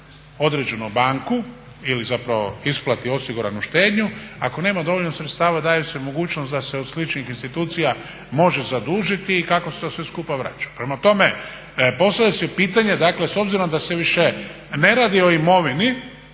određenu banku ili zapravo isplati osiguranu štednju, ako nema dovoljno sredstava daje se mogućnost da od sličnih institucija može zadužiti i kako se to sve skupa vraća. Prema tome, postavlja se pitanje s obzirom da se više ne radi o imovini